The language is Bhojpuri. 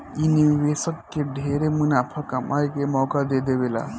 इ निवेशक के ढेरे मुनाफा कमाए के मौका दे देवेला